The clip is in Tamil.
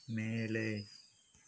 மேலே